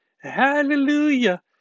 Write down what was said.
hallelujah